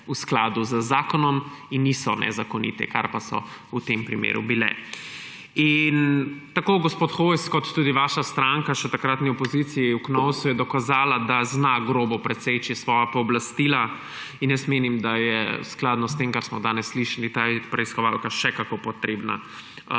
v skladu z zakonom in niso nezakonite, kar pa so v tem primeru bile. In tako gospod Hojs kot tudi vaša stranka še v takratni opoziciji v Knovsu je dokazala, da zna grobo preseči svoja pooblastila; in menim, da skladno s tem, kar smo danes slišali, je ta preiskovalka še kako potrebna